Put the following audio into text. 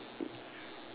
ya sure